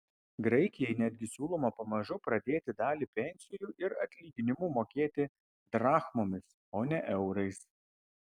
graikijai netgi siūloma pamažu pradėti dalį pensijų ir atlyginimų mokėti drachmomis o ne eurais